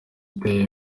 uteye